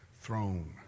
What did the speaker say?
throne